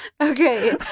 Okay